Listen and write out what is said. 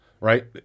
right